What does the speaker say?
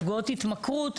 פגועות התמכרות.